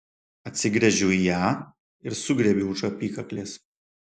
atsigręžiu į ją ir sugriebiu už apykaklės